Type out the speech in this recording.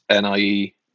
NIE